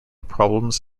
problems